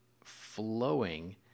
flowing